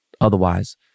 Otherwise